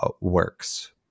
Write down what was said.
works